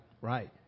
right